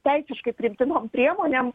teisiškai priimtinom priemonėm